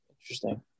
Interesting